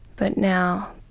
but now,